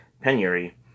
penury